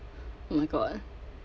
oh my god